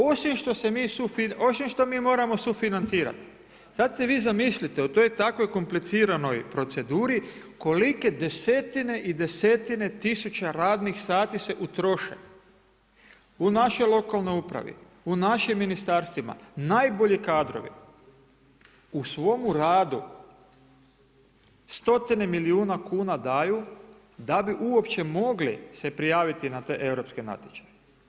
Osim što mi moramo sufinancirati, sad si vi zamislite u toj takvoj kompliciranoj proceduri kolike desetine i desetine tisuća radnih sati se utroše u našoj lokalnoj upravi, u našim ministarstvima, najbolji kadrovi u svomu radu stotine milijuna kuna daju da bi uopće mogli se prijaviti na te europske natječaje.